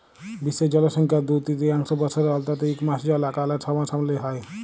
বিশ্বের জলসংখ্যার দু তিরতীয়াংশ বসরে অল্তত ইক মাস জল আকালের সামলাসামলি হ্যয়